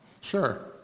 Sure